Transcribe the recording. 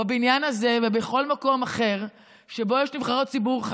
בבניין הזה ובכל מקום אחר שבו יש נבחרות ציבור,